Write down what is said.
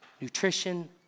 nutrition